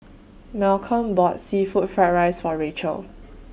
Malcolm bought Seafood Fried Rice For Rachelle